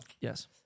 Yes